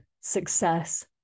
success